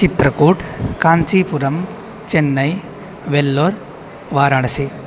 Chitrakoot Kanchipuram Chennai Vellore Varanasi